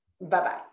Bye-bye